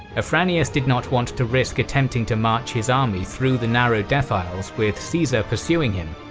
afranius did not want to risk attempting to march his army through the narrow defiles with caesar pursuing him,